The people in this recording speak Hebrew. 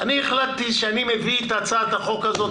אני החלטתי שאני מביא לפה את הצעת החוק הזאת,